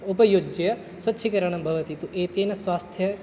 उपयुज्य स्वच्छीकरणं भवति तु एतेन स्वास्थ्य